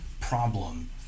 problem